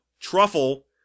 Truffle